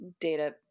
data